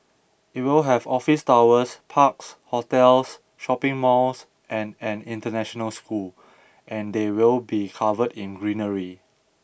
it will have office towers parks hotels shopping malls and an international school and they will be covered in greenery